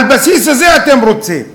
על הבסיס הזה אתם רוצים.